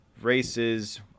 races